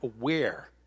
aware